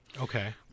Okay